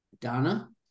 donna